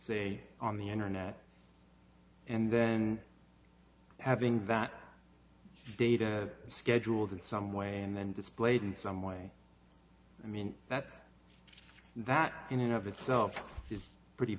say on the internet and then having that data scheduled in some way and then displayed in some way i mean that that in and of itself is pretty